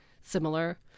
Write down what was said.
similar